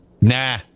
Nah